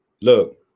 look